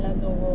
Lenovo